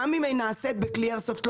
גם היא נעשית בכלי איירסופט,